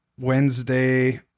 Wednesday